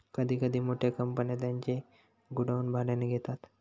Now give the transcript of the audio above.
कधी कधी मोठ्या कंपन्या त्यांचे गोडाऊन भाड्याने घेतात